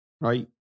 Right